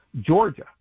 Georgia